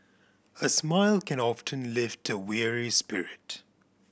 a smile can often lift up a weary spirit